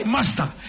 Master